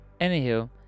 Anywho